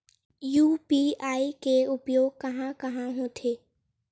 UPI के उपयोग कहां कहा होथे?